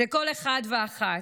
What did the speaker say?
לכל אחד ואחת: